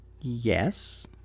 yes